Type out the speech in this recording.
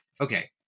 okay